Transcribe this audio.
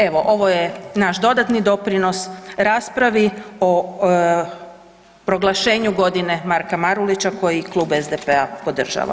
Evo ovo je naš dodatni doprinos raspravi o proglašenju „Godine Marka Marulića“ koji Klub SDP-a podržava.